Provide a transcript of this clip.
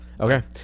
okay